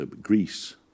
Greece